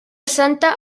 santa